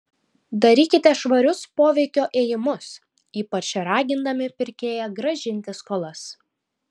darykite švarius poveikio ėjimus ypač ragindami pirkėją grąžinti skolas